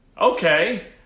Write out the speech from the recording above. Okay